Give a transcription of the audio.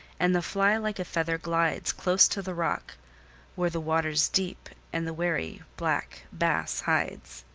and the fly like a feather glides, close to the rock where the water's deep, and the wary black bass hides.